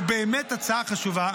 הוא באמת הצעה חשובה.